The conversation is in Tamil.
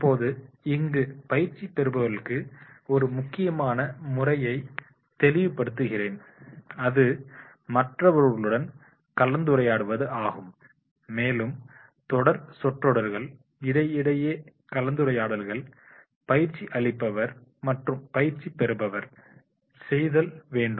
இப்போது இங்கு பயிற்சி பெறுபவர்களுக்கு ஒரு முக்கியமான முறையை தெளிவுபடுத்துகிறேன் அது மற்றவர்களுடன் கலந்துரையாடுவது ஆகும் மேலும் தொடர் சொற்றொடர்கள் இடையிடையே கலந்துரையாடல்கள் பயிற்சி அளிப்பவர் மற்றும் பயிற்சி பெறுபவர் செய்தல் வேண்டும்